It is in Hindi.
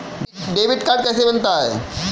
डेबिट कार्ड कैसे बनता है?